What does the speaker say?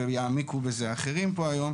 ויעמיקו בזה אחרים פה היום,